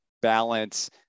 Balance